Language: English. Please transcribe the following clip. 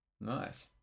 Nice